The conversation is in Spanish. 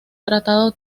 tratado